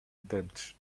debts